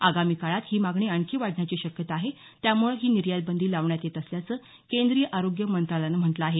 आगामी काळात ही मागणी आणखी वाढण्याची शक्यता आहे त्यामुळे ही निर्यात बंदी लावण्यात येत असल्याचं केंद्रीय आरोग्य मंत्रालयानं म्हटलं आहे